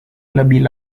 lebih